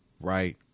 Right